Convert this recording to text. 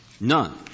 None